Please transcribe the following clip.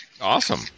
Awesome